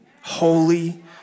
holy